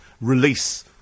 release